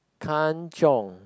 Kan-Chiong